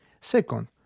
Second